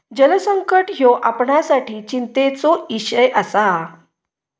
जलसंकट ह्यो आपणासाठी चिंतेचो इषय आसा